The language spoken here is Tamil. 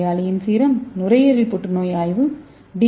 நோயாளியின் சீரம் நுரையீரல் புற்றுநோய் ஆய்வுடி